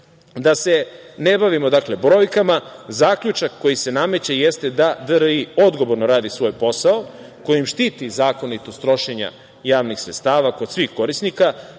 da se ne bavimo brojkama, zaključak koji se nameće jeste da DRI odgovorno radi svoj posao, kojim štiti zakonitost trošenja javnih sredstava kod svih korisnika,